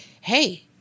hey